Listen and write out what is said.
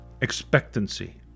expectancy